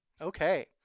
Okay